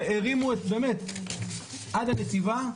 הרימו באמת עד הנציבה.